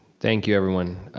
thank you, everyone.